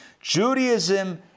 Judaism